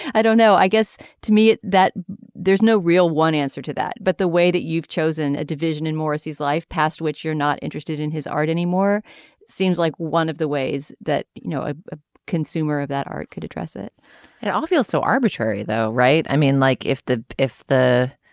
i don't know i guess to me that there's no real one answer to that. but the way that you've chosen a division in morrissey's life past which you're not interested in his art anymore seems like one of the ways that you know ah a consumer of that art could address it it all feels so arbitrary though right. i mean like if the if the